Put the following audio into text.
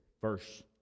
verse